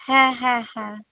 হ্যাঁ হ্যাঁ হ্যাঁ